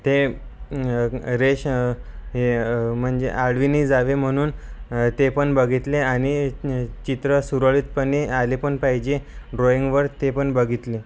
ते रेश हे म्हणजे आळवीने जावे म्हणून ते पण बघितले आणि चित्र सुरळीतपणे आले पण पाहिजे ड्रॉइंगवर ते पण बघितले